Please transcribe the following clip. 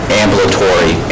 ambulatory